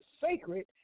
sacred